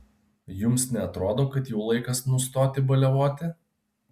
jums neatrodo kad jau laikas nustoti baliavoti